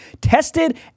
tested